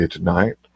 Tonight